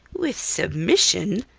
with submission?